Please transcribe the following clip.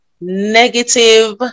negative